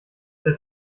der